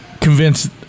convinced